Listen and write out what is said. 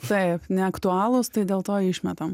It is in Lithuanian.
taip neaktualūs tai dėl to išmetam